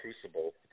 Crucible